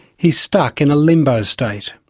he's stuck in a limbo state.